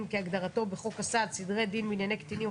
כהגדרתו בחוק הסעד (סדרי דין בענייני קטינים,